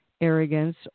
arrogance